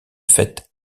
fait